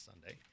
Sunday